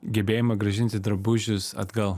gebėjimą grąžinti drabužius atgal